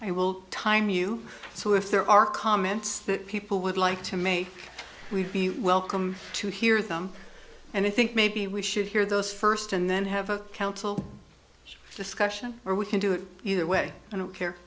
i will time you so if there are comments that people would like to make we'd be welcome to hear them and i think maybe we should hear those first and then have a council discussion or we can do it either way i don't care